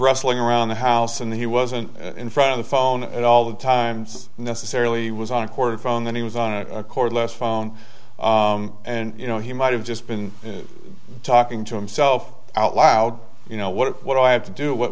wrestling around the house and he wasn't in front of the phone at all the times necessarily was on court and from then he was on a cordless phone and you know he might have just been talking to himself out loud you know what if what i had to do what